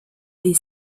est